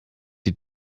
die